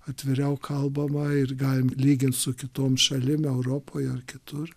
atviriau kalbama ir galim lygint su kitom šalim europoje ar kitur